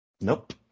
Nope